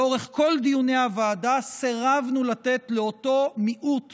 לאורך כל דיוני הוועדה סירבנו לתת לאותו מיעוט